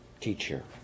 teacher